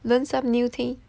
learn some new things